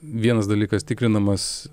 vienas dalykas tikrinamas